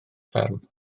fferm